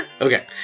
Okay